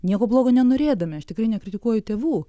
nieko blogo nenorėdami aš tikrai nekritikuoju tėvų